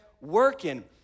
working